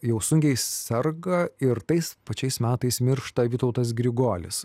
jau sunkiai serga ir tais pačiais metais miršta vytautas grigolis